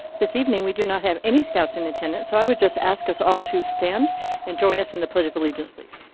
this evening, we do not have any scouts in attendance, so i would just ask us all to stand and join us in the pledge of allegiance, please.